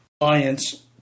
alliance